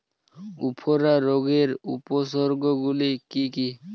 উফরা রোগের উপসর্গগুলি কি কি?